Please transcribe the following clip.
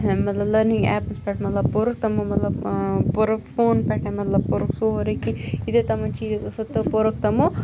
مَطلَب learning apps پیٹھ پوٚرُکھ تِمو مَطلَب پوٚرُکھ مَطلَب فونہٕ پیٹھے مَطلَب پوٚرُکھ سورُے کینٛہہ پوٚرُکھ تمو